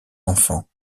enfants